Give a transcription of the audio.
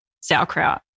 sauerkraut